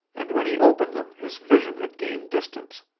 and when he opened them his vision had gained distance.